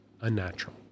Unnatural